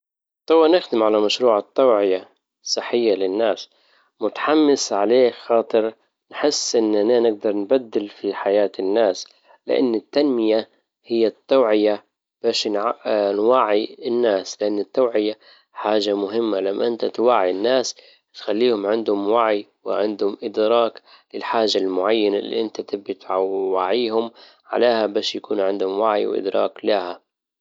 توا نختم على مشروع التوعية الصحية للناس متحمس عليه خاطر نحس اننا نجدر نبدل في حياة الناس لان التنمية هي التوعية باش نعق_ نوعي الناس لان التوعية حاجة مهمة لما انت توعي الناس تخليهم عندهم وعي وعندهم ادراك للحاجة المعينة اللي انت تبي توعيهم عليها باش يكون عندهم وعي وادراك لها